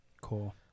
cool